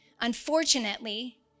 Unfortunately